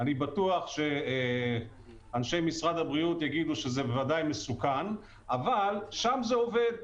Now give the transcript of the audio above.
אני בטוח שאנשי משרד הבריאות יגידו בוודאי שזה מסוכן אבל שם זה עובד,